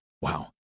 Wow